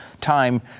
time